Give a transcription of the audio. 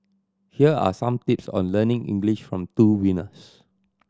here are some tips on learning English from two winners